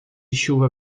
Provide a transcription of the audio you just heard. chuva